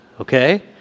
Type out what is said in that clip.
okay